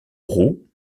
roues